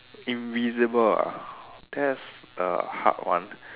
invisible ah that's a hard one